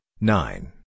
nine